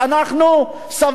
משנאה,